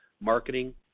marketing